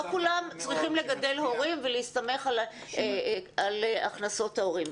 כולם צריכים לגדל הורים ולהסתמך על הכנסות ההורים.